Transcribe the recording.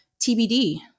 tbd